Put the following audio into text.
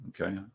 Okay